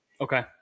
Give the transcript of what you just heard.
okay